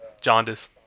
jaundice